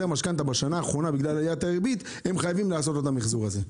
המשכנתה בשנה האחרונה בגלל עליית הריבית הם חייבים לעשות לו את המחזור הזה?